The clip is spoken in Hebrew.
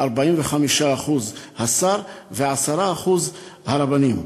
45% השר ו-10% הרבנים.